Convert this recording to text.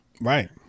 Right